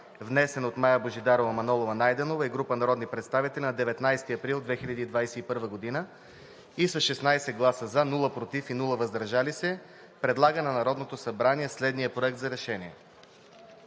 внесен от Мая Божидарова Манолова-Найденова и група народни представители на 19 април 2021 г. и с 16 гласа „за“, без „против“ и „въздържал се“ предлага на Народното събрание следния: „Проект! РЕШЕНИЕ